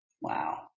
Wow